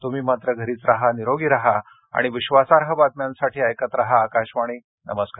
तुम्ही मात्र घरीच राहा निरोगी राहा आणि विश्वासार्ह बातम्यांसाठी ऐकत राहा आकाशवाणी नमस्कार